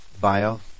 bio